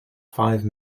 five